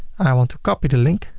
i want to copy the link.